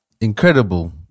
incredible